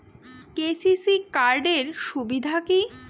KCC card এর সুবিধা কি?